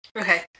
Okay